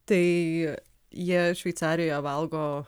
tai jie šveicarijoje valgo